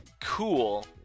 cool